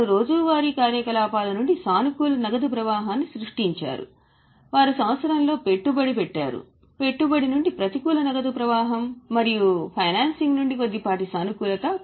వారు రోజువారి కార్యకలాపాల నుండి సానుకూల నగదు ప్రవాహాన్ని సృష్టించారు వారు సంవత్సరంలో పెట్టుబడి పెట్టారు పెట్టుబడి నుండి ప్రతికూల నగదు ప్రవాహం మరియు ఫైనాన్సింగ్ నుండి కొద్దిపాటి సానుకూలత